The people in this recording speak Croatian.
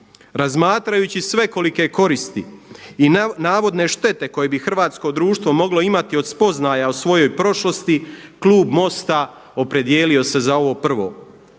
Razmatrajući svekolike koristi i navodne štete koje bi hrvatsko društvo moglo imati od spoznaja o svojoj prošlosti Klub MOST-a opredijelio se za ovo prvo.